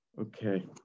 Okay